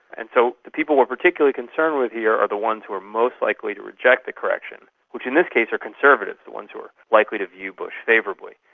and so the people we're particularly concerned with here are the ones who are most likely to reject the correction, which in this case are conservatives, the ones who are likely to view bush favourably.